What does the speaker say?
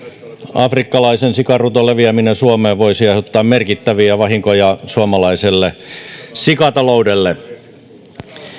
afrikkalaisen sikaruton leviäminen suomeen voisi aiheuttaa merkittäviä vahinkoja suomalaiselle sikataloudelle